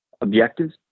objectives